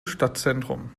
stadtzentrum